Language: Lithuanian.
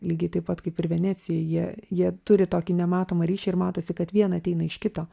lygiai taip pat kaip ir venecijoj jie jie turi tokį nematomą ryšį ir matosi kad viena ateina iš kito